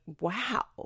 wow